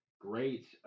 great –